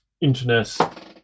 internet